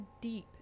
deep